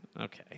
Okay